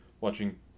watching